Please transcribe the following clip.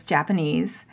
Japanese